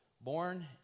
born